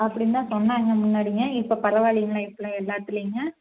அப்படின்னு தான் சொன்னாங்க முன்னாடிங்க இப்போ பரவாயில்லைங்களா என் பிள்ள எல்லாத்துலேயுங்க